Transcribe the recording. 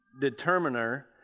determiner